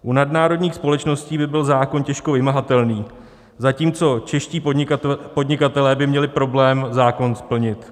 U nadnárodních společností by byl zákon těžko vymahatelný, zatímco čeští podnikatelé by měli problém zákon splnit.